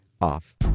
off